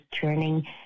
turning